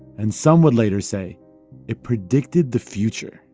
and some would later say it predicted the future